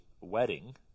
wedding